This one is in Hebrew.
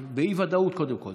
באי-ודאות קודם כול.